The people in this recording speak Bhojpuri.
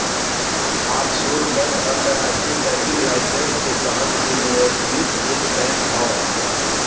ऑफशोर बैंक अंतरराष्ट्रीय बैंकिंग लाइसेंस के तहत विनियमित एक बैंक हौ